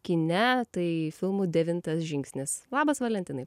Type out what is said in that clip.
kine tai filmu devintas žingsnis labas valentinai